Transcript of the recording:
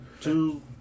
Two